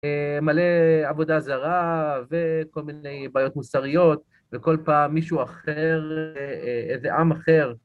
מלא עבודה זרה וכל מיני בעיות מוסריות וכל פעם מישהו אחר, איזה עם אחר.